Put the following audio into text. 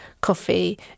coffee